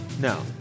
No